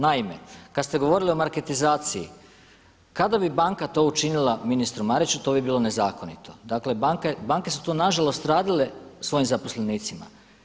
Naime, kada ste govorili o marketizaciji, kada bi banka to učinila ministru Mariću to bi bilo nezakonito, dakle banke su to nažalost radile svojim zaposlenicima.